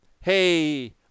hey